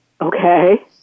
Okay